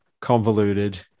convoluted